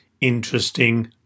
interesting